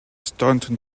staunton